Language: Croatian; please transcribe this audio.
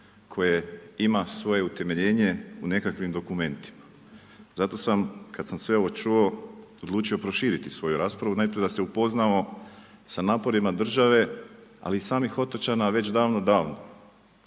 koje ima svoje utemeljenje u nekakvim dokumentima. Zato sam, kada sam sve ovo čuo, odlučio proširiti svoju raspravu, najprije da se upoznamo sa naporima države, ali i samih otočana, već davno davno,